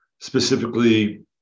specifically